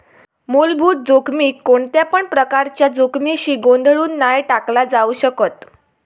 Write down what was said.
मुलभूत जोखमीक कोणत्यापण प्रकारच्या जोखमीशी गोंधळुन नाय टाकला जाउ शकत